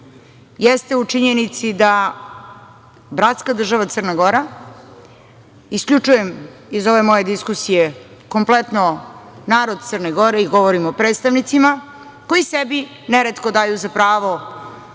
jeste u činjenici da bratska država Crna Gora, isključujem iz ove moje diskusije kompletno narod Crne Gore i govorim o predstavnicima, koji sebi nereteko daju za pravo